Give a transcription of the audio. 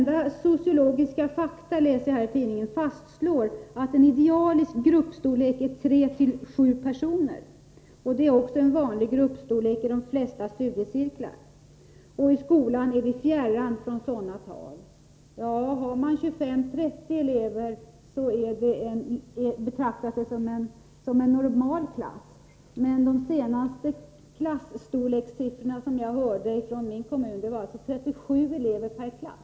Det står vidare i TCO-tidningen: ”Kända sociologiska fakta fastslår att en idealisk gruppstorlek är 3 till 7 personer...! Det är också en vanlig gruppstorlek i de flesta studiecirklar. I skolan är vi fjärran från sådana tal. Har man 25-30 elever betraktas det som en normal klass. Den senaste siffran på klasstorlek som jag hörde från min kommun var 37 elever per klass.